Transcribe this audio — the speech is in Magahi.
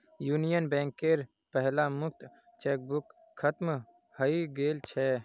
यूनियन बैंकेर पहला मुक्त चेकबुक खत्म हइ गेल छ